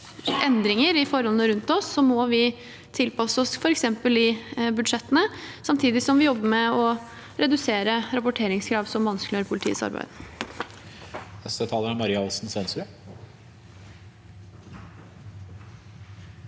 endringer i forholdene rundt oss, må vi tilpasse oss, f.eks. i budsjettene, samtidig som vi jobber med å redusere rapporteringskrav som vanskeliggjør politiets arbeid.